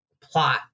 plot